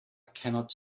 cannot